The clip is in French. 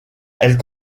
elle